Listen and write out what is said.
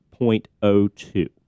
0.02